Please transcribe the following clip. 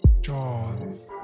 Jaws